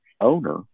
owner